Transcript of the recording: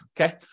okay